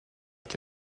date